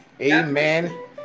Amen